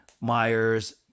Myers